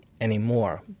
anymore